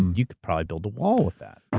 you could probably build a wall with that.